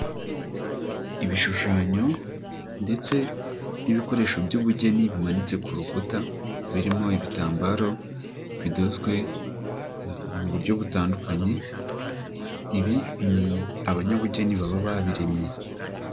Ibishushanyo ndetse n'ibikoresho by'ubugeni bimanitse ku rukuta, birimo ibitambaro bidozwe mu buryo butandukanye, ibi ni abanyabugeni baba babiremye.